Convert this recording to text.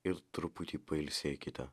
ir truputį pailsėkite